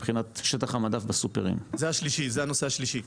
מבחינת שטח המדף בסופרים --- זה הנושא השלישי.